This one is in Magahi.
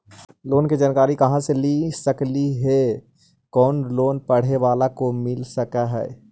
लोन की जानकारी कहा से ले सकली ही, कोन लोन पढ़े बाला को मिल सके ही?